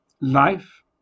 life